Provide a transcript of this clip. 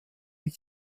die